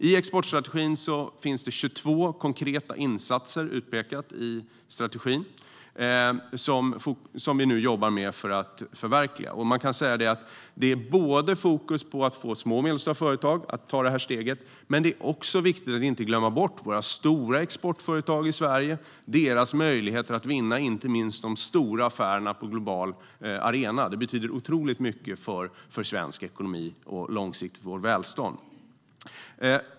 I exportstrategin finns det 22 konkreta insatser utpekade som vi nu jobbar med för att förverkliga den. Man kan säga att det är fokus inte bara på att få små och medelstora företag att ta steget utan också, vilket är viktigt, på att inte glömma bort våra stora exportföretag i Sverige och deras möjligheter att vinna inte minst de stora affärerna på en global arena. Det betyder otroligt mycket för svensk ekonomi och långsiktigt för vårt välstånd.